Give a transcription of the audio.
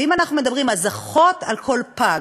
ואם אנחנו מדברים, אז: אחות על כל פג.